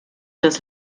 das